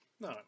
No